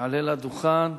יעלה לדוכן.